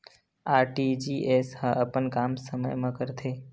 RTGS ह अपन काम समय मा करथे?